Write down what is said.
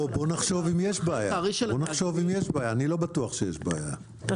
בוא נחשוב עם יש בעיה, אני לא בטוח שיש בעיה.